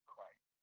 Christ